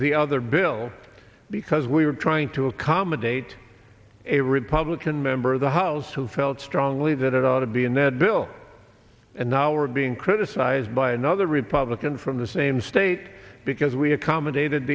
the other bill because we were trying to accommodate a republican member of the house who felt strongly that it ought to be in that bill and now we're being criticized by another republican from the same state because we accommodated